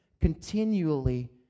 continually